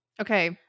okay